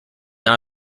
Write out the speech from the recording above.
not